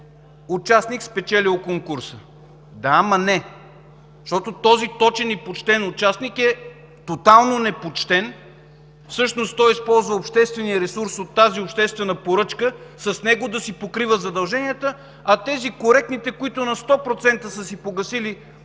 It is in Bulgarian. участник, спечелил конкурса. Да, ама не, защото този точен и почтен участник е тотално непочтен. Всъщност той използва обществения ресурс от тази обществена поръчка – с него да си покрива задълженията, а онези коректните, които на сто процента са си погасили на